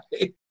right